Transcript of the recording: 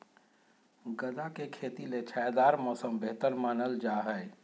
गदा के खेती ले छायादार मौसम बेहतर मानल जा हय